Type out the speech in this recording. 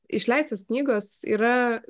išleistos knygos yra